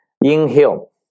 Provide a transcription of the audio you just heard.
inhale